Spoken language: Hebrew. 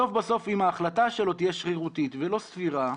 בסוף אם ההחלטה שלו תהיה שרירותית ולא סבירה,